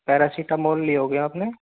paracetamol ली होगी आपने